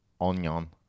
onion